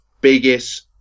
biggest